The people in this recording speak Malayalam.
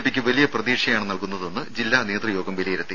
പിയ്ക്ക് വലിയ പ്രതീക്ഷയാണ് നൽകുന്നതെന്ന് ജില്ലാ നേതൃയോഗം വിലയിരുത്തി